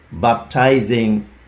baptizing